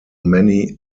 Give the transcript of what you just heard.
many